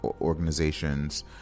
organizations